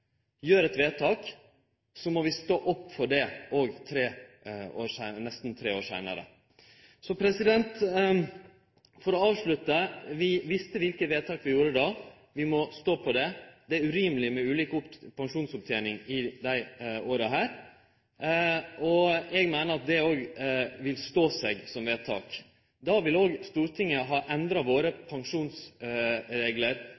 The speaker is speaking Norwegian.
gjer eit vedtak, må vi stå opp for det, òg nesten tre år seinare. For å avslutte: Vi visste kva for vedtak vi gjorde då. Vi må stå for det. Det er urimeleg med ulik pensjonsopptening i dei åra her. Eg meiner at det òg vil stå seg som vedtak. Då vil òg Stortinget ha endra